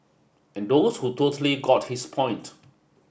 and those who totally got his point